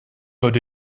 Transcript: got